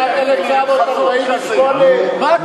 חבר הכנסת בר, איך הגעת ב-1948?